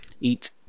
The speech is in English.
Eat